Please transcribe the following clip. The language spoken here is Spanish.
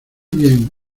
bien